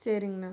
சரிங்ண்ணா